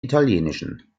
italienischen